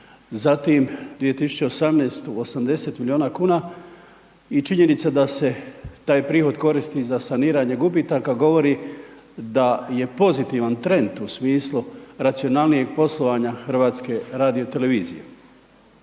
zatim 2018.-tu 80 milijuna kuna, i činjenica da se taj prihod koristi za saniranje gubitaka govori da je pozitivan trend u smislu racionalnijeg poslovanja Hrvatske radio televizije.